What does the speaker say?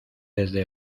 desde